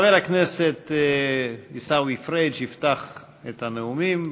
חבר הכנסת עיסאווי פריג' יפתח את הנאומים,